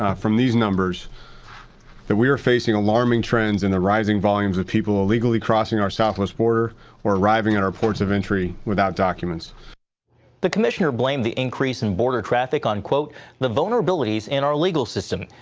ah from these numbers that we are facing alarming trends in the rising volumes of people illegally crossing our southwest border or arriving on our ports of entry without documents. reporter the commissioner blamed the increase in border traffic on the vulnerabilities in our legal system.